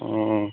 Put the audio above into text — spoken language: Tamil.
ஆ